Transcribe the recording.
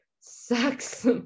sucks